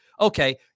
okay